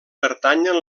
pertanyen